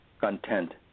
content